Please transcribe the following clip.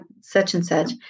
such-and-such